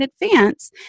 advance